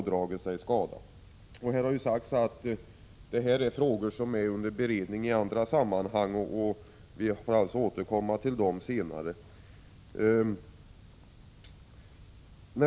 Det har här sagts att detta är frågor som är under beredning i andra sammanhang, och vi får därför återkomma till dem senare.